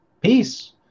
peace